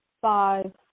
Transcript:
Five